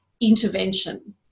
intervention